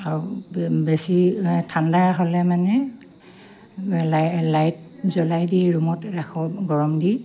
আৰু বেছি ঠাণ্ডা হ'লে মানে লাই লাইট জ্বলাই দি ৰুমত ৰাখোঁ গৰম দি